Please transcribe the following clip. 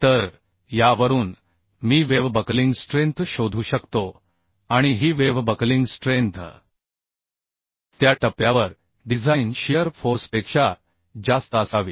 तर यावरून मी वेव्ह बकलिंग स्ट्रेंथ शोधू शकतो आणि ही वेव्ह बकलिंग स्ट्रेंथ त्या टप्प्यावर डिझाइन शियर फोर्सपेक्षा जास्त असावी